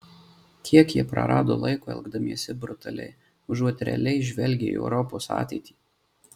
kiek jie prarado laiko elgdamiesi brutaliai užuot realiai žvelgę į europos ateitį